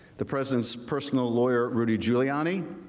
the president's personal lawyer rudy giuliani,